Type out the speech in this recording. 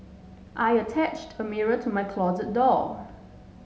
I attached a mirror to my closet door